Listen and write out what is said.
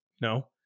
no